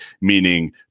meaning